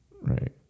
right